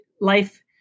life